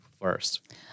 first